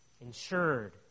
insured